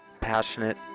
passionate